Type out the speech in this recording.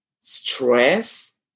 stress